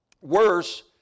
worse